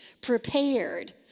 prepared